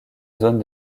zone